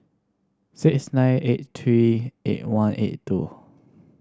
six nine eight three eight one eight two